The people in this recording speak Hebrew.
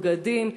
בגדים.